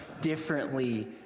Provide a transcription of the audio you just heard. differently